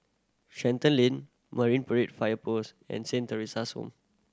Shenton Lane Marine Parade Fire Post and Saint Theresa's Home